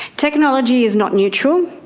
technology is not neutral,